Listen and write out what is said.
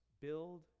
build